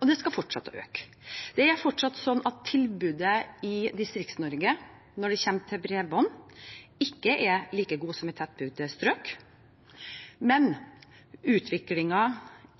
Og det skal fortsette å øke. Det er fortsatt slik at tilbudet i Distrikts-Norge når det kommer til bredbånd, ikke er like godt som i tettbygde strøk, men utviklingen